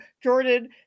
Jordan